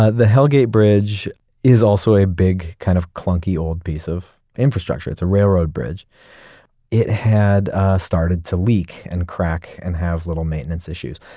ah the hell gate bridge is also a big kind of clunky old piece of infrastructure. it's a railroad bridge it had a started to leak and crack and have little maintenance issues,